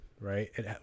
right